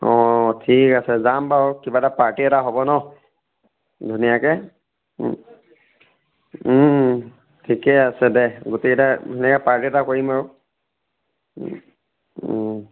অ' ঠিক আছে যাম বাৰু কিবা এটা পাৰ্টি এটা হ'ব ন ধুনীয়াকৈ ঠিকেই আছে দে গোটেইকেইটাই ধুনীয়াকৈ পাৰ্টি এটা কৰিম আৰু